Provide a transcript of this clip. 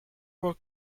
were